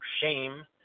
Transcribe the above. shame